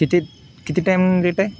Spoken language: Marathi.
किती किती टाईम लेट आहे